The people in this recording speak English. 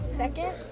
second